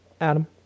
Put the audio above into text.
Adam